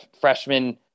freshman